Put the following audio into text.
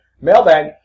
Mailbag